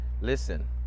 listen